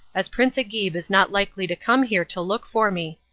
as prince agib is not likely to come here to look for me.